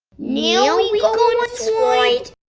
now we we go and on slide?